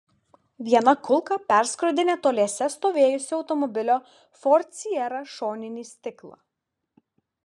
viena kulka perskrodė netoliese stovėjusio automobilio ford sierra šoninį stiklą